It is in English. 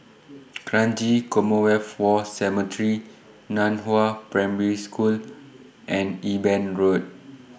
Kranji Commonwealth War Cemetery NAN Hua Primary School and Eben Road